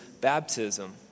baptism